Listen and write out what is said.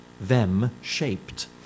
them-shaped